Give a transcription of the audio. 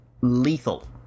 lethal